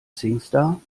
singstar